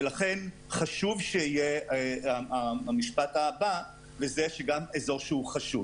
חשוב שיהיה המשפט "אזור שהוא חשוד".